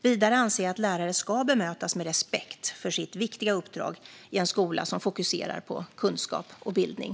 Vidare anser jag att lärare ska bemötas med respekt för sitt viktiga uppdrag i en skola som fokuserar på kunskap och bildning.